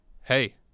hey